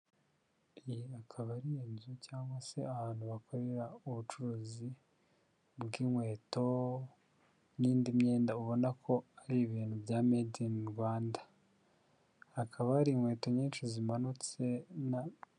Iyi akaba ari inzu cyangwa se ahantu bakorera ubucuruzi bw'inkweto n'indi myenda ubona ko ari ibintu bya Made in Rwanda, hakaba hari inkweto nyinshi zimanitse.